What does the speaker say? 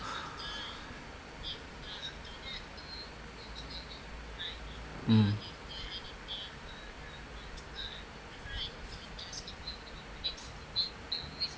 um